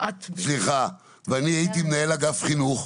אני הייתי מנהל אגף חינוך,